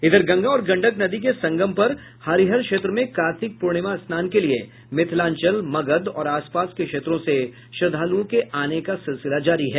इधर गंगा और गंडक नदी के संगम पर हरिहर क्षेत्र में कार्तिक पूर्णिमा स्नान के लिये मिथिलांचल मगध और आसपास के क्षेत्रों से श्रद्दालुओं के आने का सिलसिला जारी है